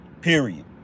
Period